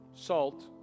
salt